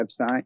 website